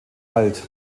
alt